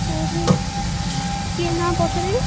କେଉଁଠି କି ନାଁ ପଚାରିବି